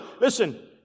Listen